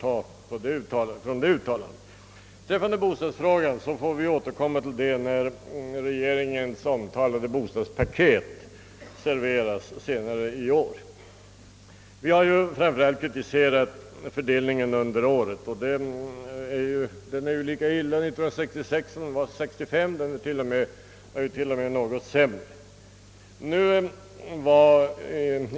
Därvidlag har jag alltså ingenting att ta tillbaka. Bostadsfrågan får vi återkomma till när regeringens omtalade bostadspaket serveras senare i år. Vi har framför allt kritiserat fördelningen under åren och denna fördelning var lika dålig under 1966 som den var under 1965, ja, den var t.o.m. något sämre.